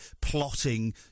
plotting